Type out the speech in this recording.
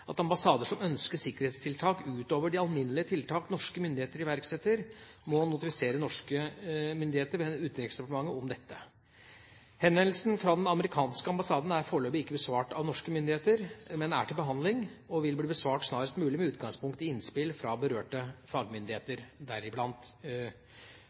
at ambassader som ønsker sikkerhetstiltak utover de alminnelige tiltak norske myndigheter iverksetter, må notifisere norske myndigheter ved Utenriksdepartementet om dette. Henvendelsen fra den amerikanske ambassaden er foreløpig ikke besvart av norske myndigheter, men er til behandling, og vil bli besvart snarest mulig med utgangspunkt i innspill fra berørte fagmyndigheter,